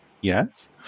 Yes